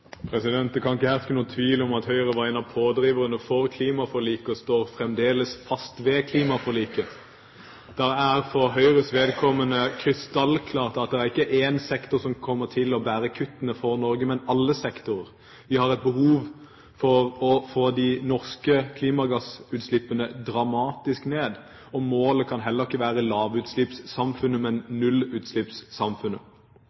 for Høyres vedkommende krystallklart at det ikke er én sektor som kommer til å bære kuttene for Norge, men alle sektorer. Vi har et behov for å få de norske klimagassutslippene dramatisk ned, og målet kan heller ikke være lavutslippssamfunnet, men